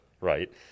right